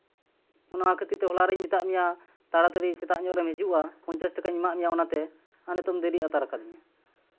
ᱚᱱᱟ ᱠᱷᱟᱹᱛᱤᱨ ᱛᱮ ᱦᱚᱞᱟ ᱨᱤᱧ ᱢᱮᱛᱟᱜ ᱢᱮᱭᱟ ᱛᱟᱲᱟᱛᱟᱲᱤ ᱥᱮᱛᱟᱜ ᱧᱚᱜ ᱨᱮᱢ ᱦᱤᱡᱩᱜᱼᱟ ᱯᱚᱧᱪᱟᱥ ᱴᱟᱠᱟᱧ ᱮᱢᱟᱫ ᱢᱮᱭᱟ ᱚᱱᱟᱛᱮ ᱟᱨ ᱱᱤᱛᱚᱜ ᱫᱮᱨᱤ ᱟᱛᱟᱨ ᱠᱟᱫᱤᱧᱟᱢ